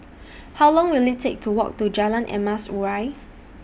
How Long Will IT Take to Walk to Jalan Emas Urai